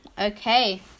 Okay